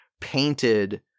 painted